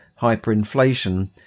hyperinflation